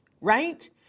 right